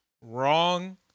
wrong